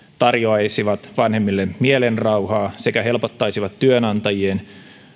tarjoaisivat vanhemmille mielenrauhaa sekä helpottaisivat työnantajien